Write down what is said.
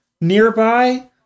nearby